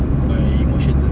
by emotions ah